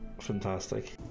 fantastic